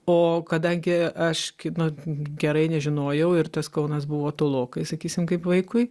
o kadangi aš kaip gerai nežinojau ir tas kaunas buvo tolokai sakysim kaip vaikui